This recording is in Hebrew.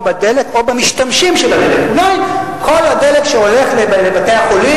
או בדלק או במשתמשים של הדלק: אולי כל הדלק שהולך לבתי-החולים,